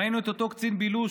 ראינו את אותו קצין בילוש,